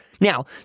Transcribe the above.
Now